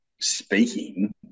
speaking